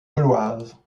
gauloise